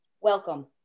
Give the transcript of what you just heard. Welcome